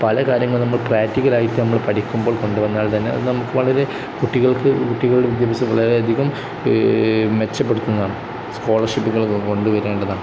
പല കാര്യങ്ങളും നമ്മൾ പ്രാക്ടിക്കലായിട്ട് നമ്മൾ പഠിക്കുമ്പോൾ കൊണ്ടുവന്നാൽ തന്നെ അത് നമുക്ക് വളരെ കുട്ടികൾക്ക് കുട്ടികളുടെ വിദ്യാഭ്യാസം വളരെയധികം മെച്ചപ്പെടുത്തുന്നതാണ് സ്കോളർഷിപ്പുകൾ കൊണ്ടുവരേണ്ടതാണ്